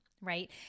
right